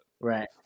Right